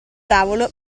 tavolo